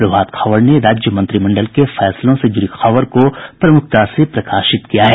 प्रभात खबर ने राज्य मंत्रिमंडल के फैसलों से जुड़ी खबर को प्रमुखता से प्रकाशित किया है